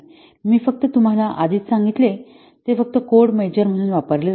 मी फक्त तुम्हाला आधीच सांगितले आहे ते फक्त कोड मेजर म्हणून वापरले जाते